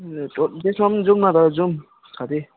त्यसमा पनि जाऔँ न त जाऔँ साथी